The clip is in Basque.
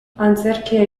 antzerkia